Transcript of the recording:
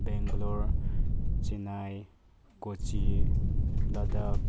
Bangalore Chennai Kochi Ladakh